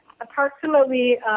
approximately